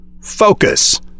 Focus